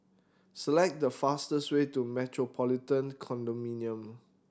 select the fastest way to Metropolitan Condominium